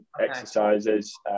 exercises